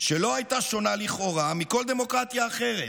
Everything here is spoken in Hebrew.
שלא הייתה שונה, לכאורה, מכל דמוקרטיה אחרת,